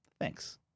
Thanks